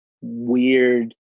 weird